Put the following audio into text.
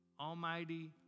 almighty